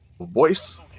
voice